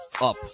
up